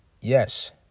Yes